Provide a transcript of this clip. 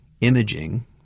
imaging